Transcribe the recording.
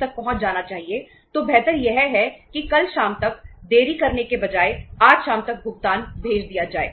तक पहुंचना चाहिए तो बेहतर यह है कि कल शाम तक देरी करने के बजाय आज शाम तक भुगतान भेज दिया जाए